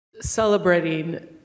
celebrating